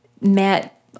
met